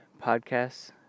podcasts